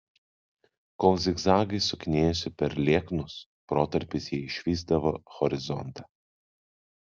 kol zigzagais sukinėjosi per lieknus protarpiais jie išvysdavo horizontą